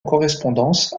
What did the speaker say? correspondance